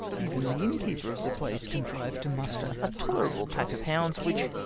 even the innkeeper of the place contrived to muster a tolerable pack of hounds which,